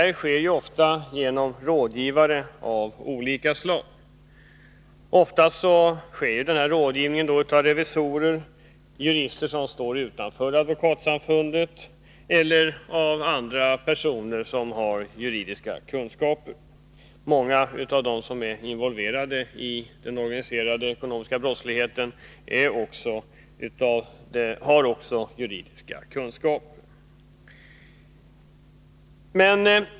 Rådgivare är ofta revisorer, jurister som står utanför Advokatsamfundet eller andra personer som har juridiska kunskaper. Många av dem som är involverade i den organiserade ekonomiska brottsligheten har också juridiska kunskaper.